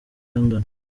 london